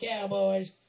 Cowboys